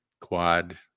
Quad